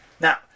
Now